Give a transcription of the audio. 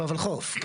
בולחו"ף.